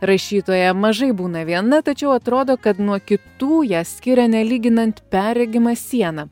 rašytoja mažai būna viena tačiau atrodo kad nuo kitų ją skiria nelyginant perregima siena